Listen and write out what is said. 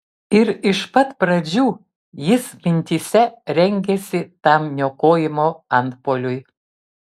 ir iš pat pradžių jis mintyse rengėsi tam niokojimo antpuoliui